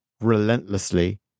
relentlessly